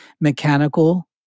mechanical